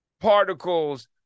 particles